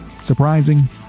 Surprising